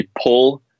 pull